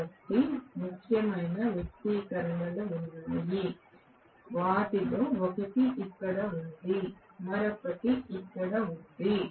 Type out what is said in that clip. కాబట్టి కొన్ని ముఖ్యమైన వ్యక్తీకరణలు ఉన్నాయి వాటిలో ఒకటి ఇక్కడ ఉంది మరొకటి ఇక్కడ ఉంది